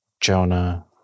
Jonah